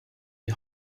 die